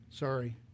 sorry